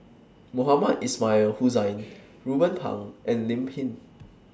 Mohamed Ismail Hussain Ruben Pang and Lim Pin